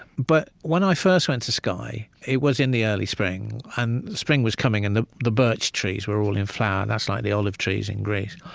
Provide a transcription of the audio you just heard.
but when i first went to skye, it was in the early spring. and spring was coming, and the the birch trees were all in flower. that's like the olive trees in greece.